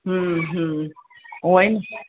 हम्म हम्म उहा ई